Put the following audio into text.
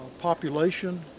population